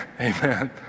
amen